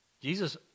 Jesus